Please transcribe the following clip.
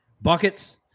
Buckets